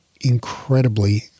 incredibly